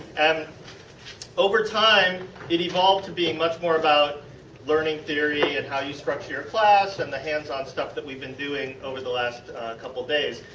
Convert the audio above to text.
um over time it evolved to be much more about learning theory, and how you structure your class and the hands on stuff that we have been doing over the last couple days.